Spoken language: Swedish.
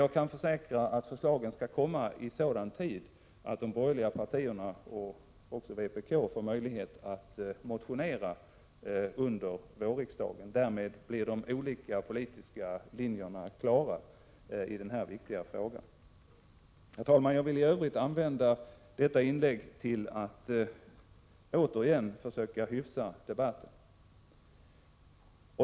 Jag kan försäkra att förslagen skall komma i sådan tid att de borgerliga partierna och även vpk får möjlighet att motionera under vårriksdagen. Därmed blir de olika politiska linjerna klara i denna viktiga fråga. Herr talman! Jag vill i övrigt använda detta inlägg att återigen försöka hyfsa debatten.